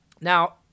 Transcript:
Now